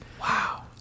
Wow